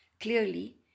clearly